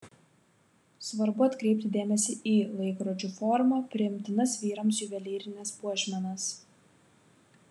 svarbu atkreipti dėmesį į laikrodžių formą priimtinas vyrams juvelyrines puošmenas